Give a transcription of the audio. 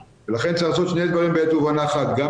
לכן צריך לעשות שני דברים בעת ובעונה אחת: גם